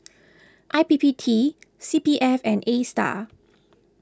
I P P T C P F and Astar